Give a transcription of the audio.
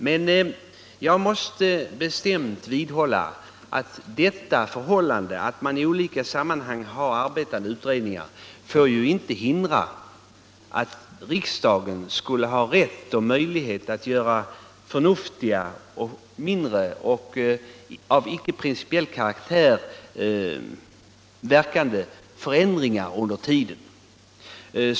Men jag måste bestämt vidhålla att detta förhållande, att man i olika sammanhang har arbetande utredningar, inte får innebära att riksdagen under tiden inte skulle ha rätt och möjlighet att göra för nuftiga förändringar av icke principiell karaktär.